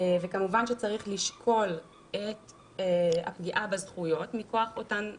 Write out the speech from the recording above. כמובן שצריך לשקול את הפגיעה בזכויות מכוח אותן תקנות,